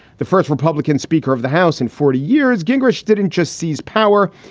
the first republican speaker of the house in forty years. gingrich didn't just seize power.